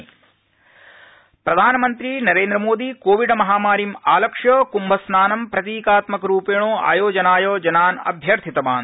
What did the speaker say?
प्रधानमंत्री क्म्भ प्रधानमन्त्री नरेन्द्र मोदी कोविडमहामारीम् आलक्ष्य कृम्भस्नानं प्रतीकात्मक रूपेण आयोजनाय जनान् अभ्यर्थितवान्